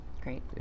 great